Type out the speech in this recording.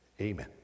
Amen